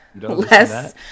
Less